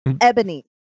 Ebony